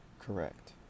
Correct